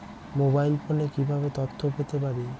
Mobile ফোনে কিভাবে তথ্য পেতে পারি?